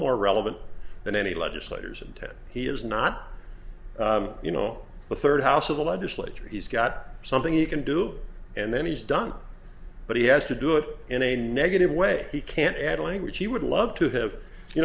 more relevant than any legislators and ted he is not you know the third house of the legislature he's got something he can do and then he's done but he has to do it in a negative way he can't add language he would love to have you